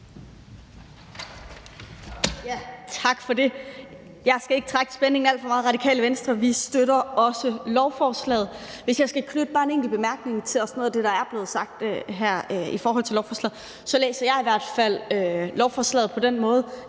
Tak for det. Jeg skal ikke trække spændingen alt for meget. Radikale Venstre støtter også lovforslaget. Hvis jeg skal knytte bare en enkelt bemærkning til det, også til noget af det, der er blevet sagt her i forhold til lovforslaget, vil jeg sige, at jeg i hvert fald læser lovforslaget på den måde,